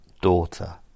Daughter